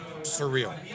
surreal